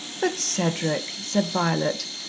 but, cedric, said violet,